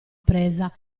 presa